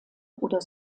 oder